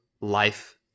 life